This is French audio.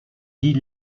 dit